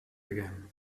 again